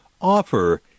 offer